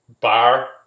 bar